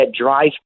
drive